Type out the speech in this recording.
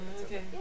Okay